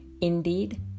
Indeed